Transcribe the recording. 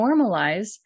normalize